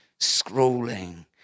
scrolling